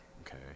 okay